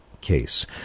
case